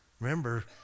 remember